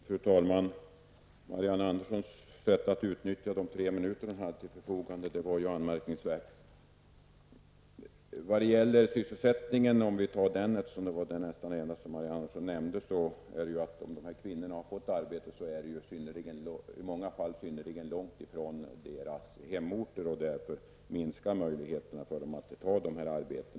Fru talman! Marianne Anderssons sätt att utnyttja sin repliktid på tre minuter var anmärkningsvärt. Frågan om de berörda kvinnornas sysselsättning var nästan det enda hon nämnde i repliken. I den mån dessa kvinnor har fått arbete, så ligger arbetsplatsen i många fall synnerligen långt från hemorten. Därmed minskar möjligheterna för många kvinnor att ta arbetet.